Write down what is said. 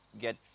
get